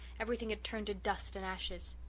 everything had turned to dust and ashes.